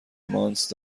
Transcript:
مانتس